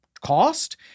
cost